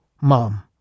Mom